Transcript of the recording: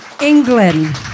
England